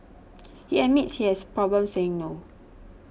he admits he has problems saying no